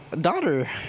daughter